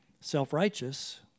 self-righteous